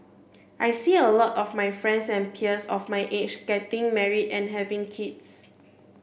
I see a lot of my friends and peers of my age getting married and having kids